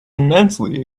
immensely